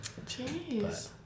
Jeez